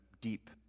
deep